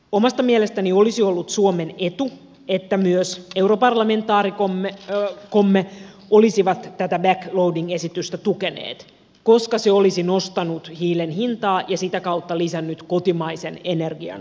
omasta mielestäni olisi ollut suomen etu että myös europarlamentaarikkomme olisivat tätä backloading esitystä tukeneet koska se olisi nostanut hiilen hintaa ja sitä kautta lisännyt kotimaisen energian kilpailukykyä